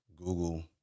Google